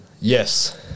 Yes